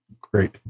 Great